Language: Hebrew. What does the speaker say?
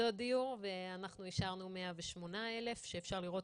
דיור ואנחנו אישרנו 108,000. אפשר לראות